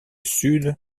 sud